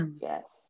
Yes